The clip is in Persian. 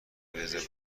رزرو